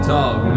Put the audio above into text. talk